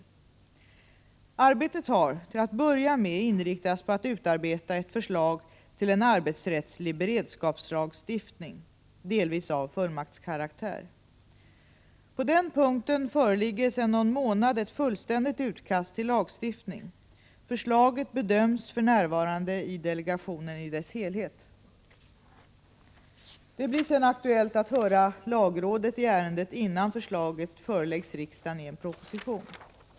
Arbetet har till att börja med inriktats på att utarbeta ett förslag till en arbetsrättslig beredskapslagstiftning, delvis av fullmaktskaraktär. På den punkten föreligger sedan någon månad ett fullständigt utkast till lagstiftning. Förslaget bedöms för närvarande i delegationen i dess helhet. Det blir sedan aktuellt att höra lagrådet i ärendet innan förslaget föreläggs riksdagen i en proposition.